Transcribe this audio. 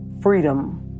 freedom